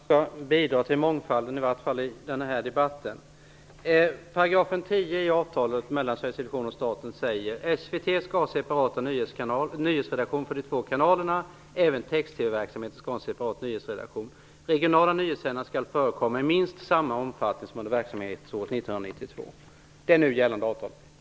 Herr talman! Jag skall bidra till mångfalden, åtminstone i den här debatten. 10 § i avtalet mellan Sveriges Television och staten säger att SVT skall ha separata nyhetsredaktioner för de två kanalerna. Även Text-TV-verksamheten skall ha en separat nyhetsredaktion. Regionala nyhetssändningar skall förekomma i minst samma omfattning som under verksamhetsåret 1992. Detta är nu gällande avtal.